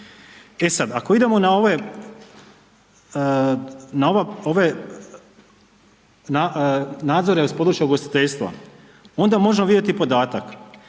E sad ako idemo na ove, na ova, ove, nadzore iz područja ugostiteljstva onda možemo vidjeti podatak